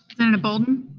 and bolden?